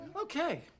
Okay